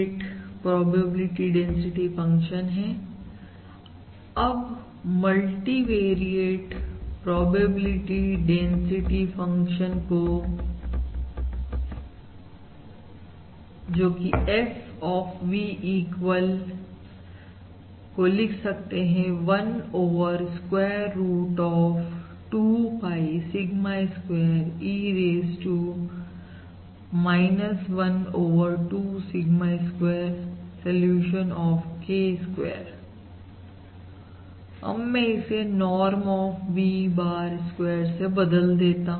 इसलिए मैं joint probability density function को लिख सकता हूं जोकि मल्टीवेरिएट प्रोबेबिलिटी डेंसिटी फंक्शन है अब multivariate probability density F of V bar equal 1 over square root of 2 pi sigma square E raise 2 1 over sigma square solution of VK square अब मैं इसे norm of V bar square से बदल देता हूं